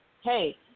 Hey